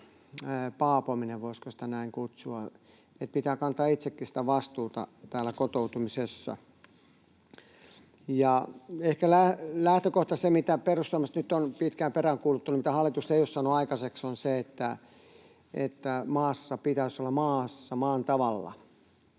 paapominen — voisiko sitä näin kutsua — että pitää kantaa itsekin sitä vastuuta täällä kotoutumisessa. Ehkä lähtökohta, se, mitä perussuomalaiset nyt ovat pitkään peräänkuuluttaneet ja mitä hallitus ei ole saanut aikaiseksi, on se, että pitäisi olla maassa maan tavalla.